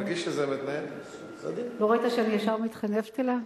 לא ראית שאני ישר מתחנפת אליו?